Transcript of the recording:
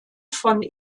von